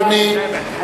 אדוני.